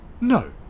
No